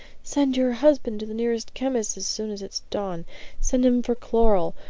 send your husband to the nearest chemist as soon as it's dawn send him for chloral,